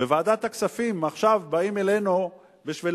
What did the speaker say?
בוועדת הכספים עכשיו באים אלינו בשביל